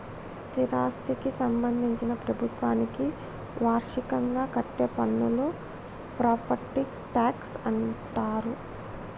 స్థిరాస్థికి సంబంధించి ప్రభుత్వానికి వార్షికంగా కట్టే పన్నును ప్రాపర్టీ ట్యాక్స్ అంటుండ్రు